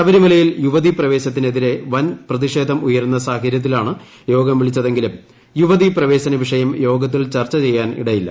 ശബരിമലയിൽ യുവതീപ്രിപ്പ്പെഴ്നത്തിനെതിരെ വൻ പ്രതിഷേധം ഉയരുന്ന സാഹചര്യത്തിലാണ് യോഗം വിളിച്ചതെങ്കിലും യുവതീപ്രവേശന വിഷ്യം യോഗത്തിൽ ചർച്ച ചെയ്യാനിടയില്ല